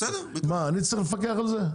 מה, אני צריך לפקח על זה?